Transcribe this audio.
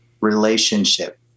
relationship